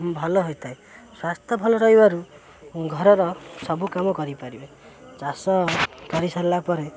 ଭଲ ହୋଇଥାଏ ସ୍ୱାସ୍ଥ୍ୟ ଭଲ ରହିବାରୁ ଘରର ସବୁ କାମ କରିପାରିବେ ଚାଷ କରିସାରିଲା ପରେ